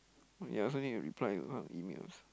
ya I also need to reply to a lot of emails